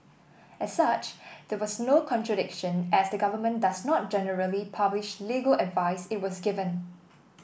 as such there was no contradiction as the government does not generally publish legal advice it was given